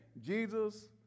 Jesus